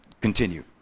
continue